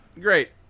great